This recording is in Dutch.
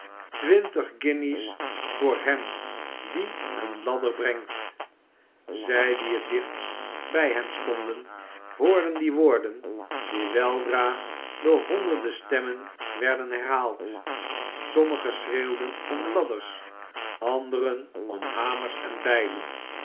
twintig guinjes voor hem die eene ladder brengt zij die het dichtst bij hem stonden hoorden die woorden die weldra door honderden stemmen werden herhaald sommigen schreeuwden om ladders anderen om hamers en bijlen